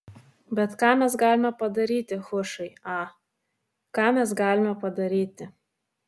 bet ką mes galime padaryti hušai a ką mes galime padaryti